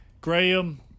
Graham